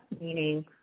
meaning